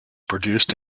produced